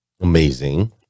amazing